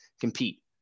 compete